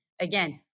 Again